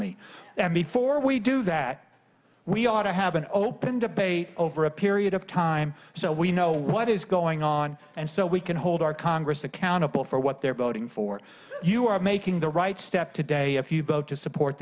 economy and before we do that we ought to have an open debate over a period of time so we know what is going on and so we can hold our congress accountable for what they're voting for you are making the right step today if you vote to support